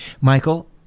Michael